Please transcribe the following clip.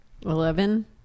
Eleven